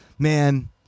man